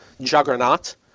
juggernaut